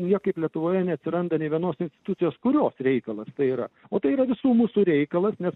niekaip lietuvoje neatsiranda nė vienos institucijos kurios reikalas tai yra o tai yra visų mūsų reikalas nes